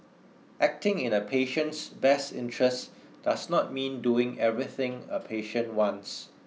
acting in a patient's best interests does not mean doing everything a patient wants